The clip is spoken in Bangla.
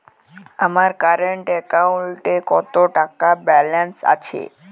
আমার কারেন্ট অ্যাকাউন্টে কত টাকা ব্যালেন্স আছে?